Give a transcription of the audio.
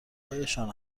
هایشان